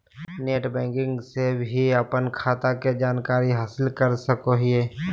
net banking से भी अपन खाता के जानकारी हासिल कर सकोहिये